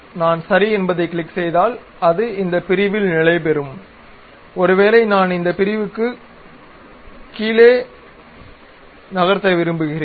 நான் சரி என்பதைக் கிளிக் செய்தால் அது இந்த பிரிவில் நிலைபெறும் ஒருவேளை நான் இந்த பிரிவுப்பகுதியை மேலும் கீழும் நகர்த்த விரும்புகிறேன்